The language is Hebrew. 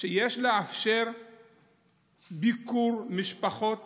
שיש לאפשר ביקור משפחות